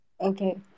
Okay